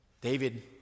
David